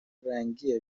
رنگی